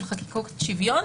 של חקיקות שוויון,